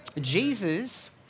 Jesus